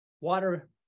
water